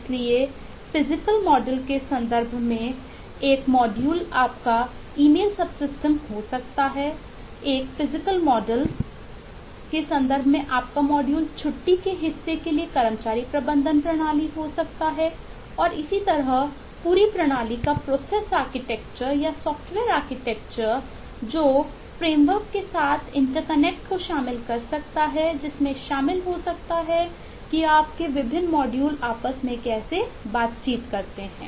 इसलिए physical model को शामिल कर सकता है जिसमें शामिल हो सकता है कि आपके विभिन्न मॉड्यूल आपस में कैसे बातचीत करते हैं